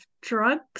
drugs